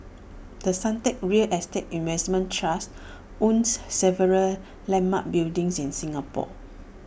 the Suntec real estate investment trust owns several landmark buildings in Singapore